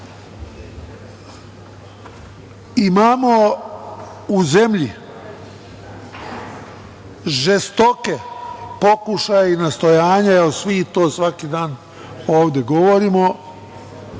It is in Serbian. Imamo u zemlji žestoke pokušaje i nastojanja, svi to svaki dan ovde govorimo,